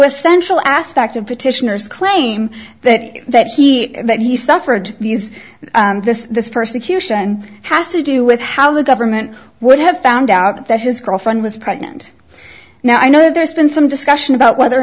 essential aspect of petitioners claim that that he that he suffered these this this persecution has to do with how the government would have found out that his girlfriend was pregnant now i know there's been some discussion about whether or